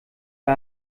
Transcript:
der